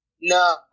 No